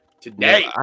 Today